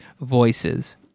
voices